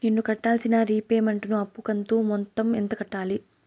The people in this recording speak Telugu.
నేను కట్టాల్సిన రీపేమెంట్ ను అప్పు కంతు మొత్తం ఎంత కట్టాలి?